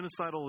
genocidal